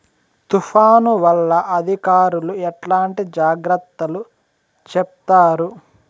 తుఫాను వల్ల అధికారులు ఎట్లాంటి జాగ్రత్తలు చెప్తారు?